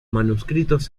manuscritos